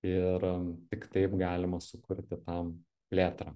ir tik taip galima sukurti tą plėtrą